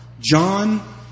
John